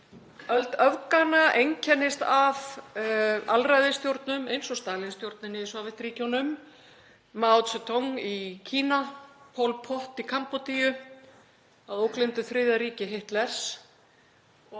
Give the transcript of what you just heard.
Öld öfganna einkennist af alræðisstjórnum, eins og Stalínsstjórninni í Sovétríkjunum, Maó Tse-tung í Kína, Pol Pot í Kambódíu, að ógleymdu þriðja ríki Hitlers.